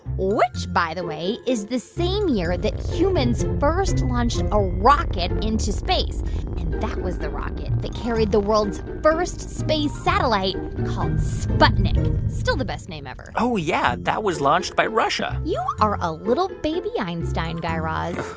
which, by the way, is the same year that humans first launched a rocket into space. and that was the rocket that carried the world's first space satellite called sputnik still the best name ever oh, yeah, that was launched by russia you are a little baby einstein, guy raz.